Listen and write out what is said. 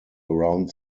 around